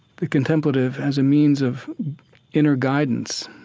the contemplative as a means of inner guidance,